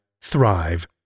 thrive